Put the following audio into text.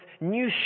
new